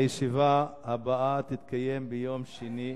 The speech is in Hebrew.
הישיבה הבאה תתקיים ביום שני,